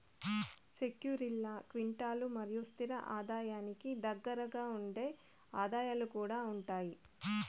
సెక్యూరీల్ల క్విటీలు మరియు స్తిర ఆదాయానికి దగ్గరగుండే ఆదాయాలు కూడా ఉండాయి